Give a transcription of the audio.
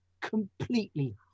completely